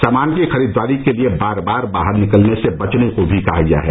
सामान की खरीददारी के लिए बार बार बाहर निकलने से बचने को भी कहा गया है